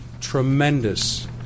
tremendous